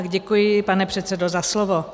Děkuji, pane předsedo, za slovo.